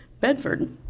Bedford